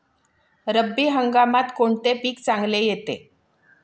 रब्बी हंगामात कोणते पीक चांगले येते?